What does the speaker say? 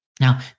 now